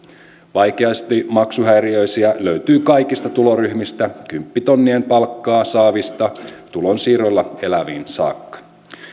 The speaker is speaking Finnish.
vaikeasti maksuhäiriöisiä löytyy kaikista tuloryhmistä kymppitonnien palkkaa saavista tulonsiirroilla eläviin saakka